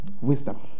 wisdom